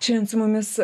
šiandien su mumis